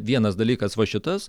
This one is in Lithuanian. vienas dalykas va šitas